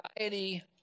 anxiety